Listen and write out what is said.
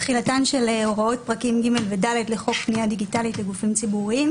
תחילתן של הוראות פרקים ג' ו-ד' לחוק פניה דיגיטלית לגורפים ציבוריים,